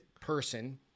person